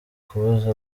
kubuza